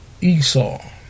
Esau